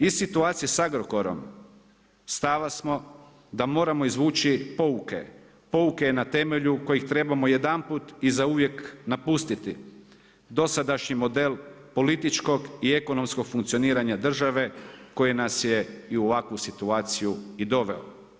Iz situacije sa Agrokorom stava smo da moramo izvući pouke, pouke na temelju kojih trebamo jedanput i zauvijek napustiti dosadašnji model političkog i ekonomskog funkcioniranja države koji nas je i u ovakvu situaciju i doveo.